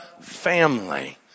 family